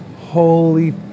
holy